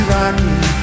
Rocky